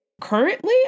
currently